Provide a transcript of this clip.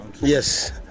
Yes